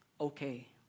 okay